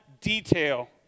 detail